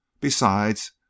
Besides